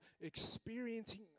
experiencing